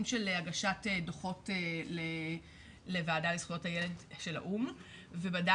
של הגשת דו"חות לוועדה לזכויות הילד של האו"ם ובדקנו